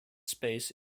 space